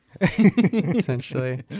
essentially